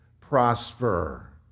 prosper